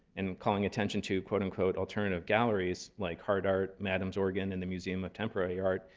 and calling attention to, quote unquote, alternative galleries like hard art, madam's organ, and the museum of temporary art,